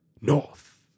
North